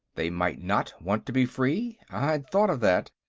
they might not want to be free? i'd thought of that.